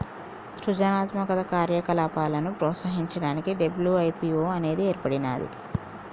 సృజనాత్మక కార్యకలాపాలను ప్రోత్సహించడానికి డబ్ల్యూ.ఐ.పీ.వో అనేది ఏర్పడినాది